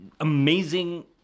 amazing